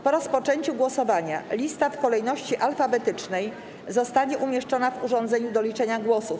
Po rozpoczęciu głosowania lista w kolejności alfabetycznej zostanie umieszczona w urządzeniu do liczenia głosów.